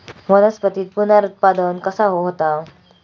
वनस्पतीत पुनरुत्पादन कसा होता?